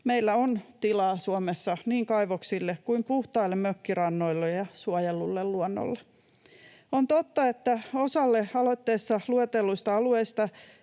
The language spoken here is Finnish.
Meillä on tilaa Suomessa niin kaivoksille kuin puhtaille mökkirannoille ja suojellulle luonnolle. On totta, että osalle aloitteessa luetelluista alueista